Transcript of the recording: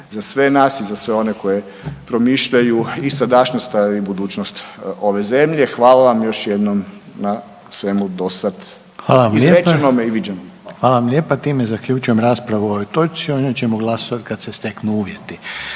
za sve nas i za sve one koji promišljaji i sadašnjost i budućnost ove zemlje. Hvala vam još jednom na svemu do sad izrečenome i viđenome. Hvala. **Reiner, Željko (HDZ)** Hvala vam lijepa. Time zaključujem raspravu o ovoj točci. O njoj ćemo glasovati kad se steknu uvjeti.